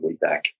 back